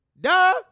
duh